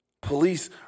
Police